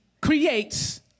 creates